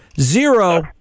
zero